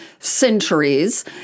centuries